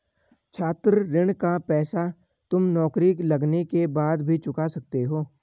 छात्र ऋण का पैसा तुम नौकरी लगने के बाद भी चुका सकते हो